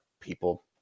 people